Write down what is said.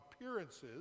appearances